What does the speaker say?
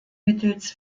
mittels